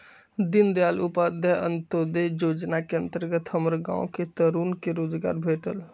दीनदयाल उपाध्याय अंत्योदय जोजना के अंतर्गत हमर गांव के तरुन के रोजगार भेटल